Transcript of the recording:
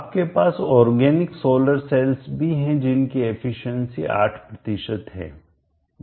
आपके पास organic solar cells भी हैं जिनकी एफिशिएंसी दक्षता 8 है